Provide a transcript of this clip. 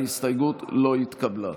ההסתייגות לא התקבלה.